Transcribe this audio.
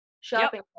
shopping